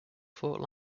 fort